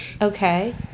okay